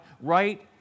right